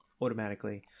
automatically